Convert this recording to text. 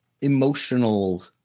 emotional